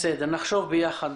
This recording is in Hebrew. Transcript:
נחשוב ביחד.